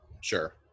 sure